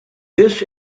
this